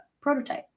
prototype